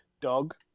Dog